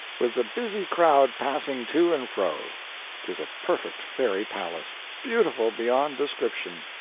with the busy crowd passing to and fro tis a perfect fairy palace beautiful beyond description.